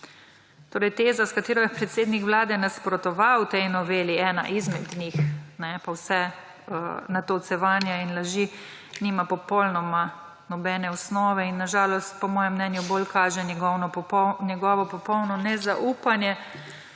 Torej teza, s katero je predsednik vlade nasprotoval tej noveli, ena izmed njih, pa vse natolcevanje in laži nimajo popolnoma nobene osnove in na žalost to po mojem mnenju bolj kaže njegovo popolno nezaupanje